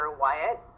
Wyatt